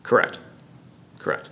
correct correct